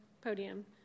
podium